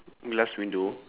last window